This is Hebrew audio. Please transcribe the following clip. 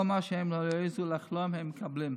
כל מה שהם לא העזו לחלום הם מקבלים.